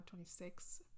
26